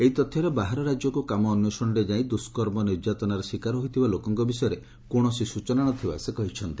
ଏହି ତଥ୍ୟରେ ବାହାର ରାଜ୍ୟକୁ କାମ ଅନ୍ୱେଷଣରେ ଯାଇ ଦୁଷ୍କର୍ମ ନିର୍ଯାତନାର ଶିକାର ହୋଇଥିବା ଲୋକଙ୍ଙ ବିଷୟରେ କୌଣସି ସ୍ଚନା ନ ଥିବା ସେ କହିଛନ୍ତି